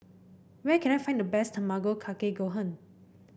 where can I find the best Tamago Kake Gohan